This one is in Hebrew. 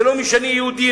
זה לא משנה: יהודי,